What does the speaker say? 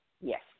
yes